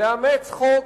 לאמץ חוק